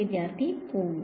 വിദ്യാർത്ഥി 0